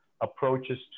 approaches